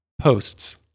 posts